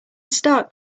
start